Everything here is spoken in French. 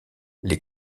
les